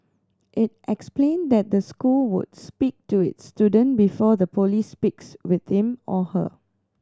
it explained that the school would speak to its student before the police speaks with him or her